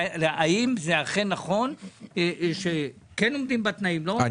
האם זה אכן נכון שכן עומדים בתנאים או לא עומדים בתנאים.